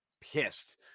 pissed